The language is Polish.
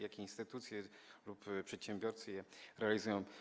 Jakie instytucje lub jacy przedsiębiorcy je realizują?